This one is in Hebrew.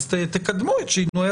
אז תקדמו את שינויי